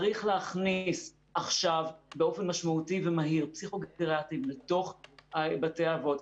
צריך להכניס עכשיו באופן משמעותי ומהר פסיכוגריאטרים לתוך בתי האבות.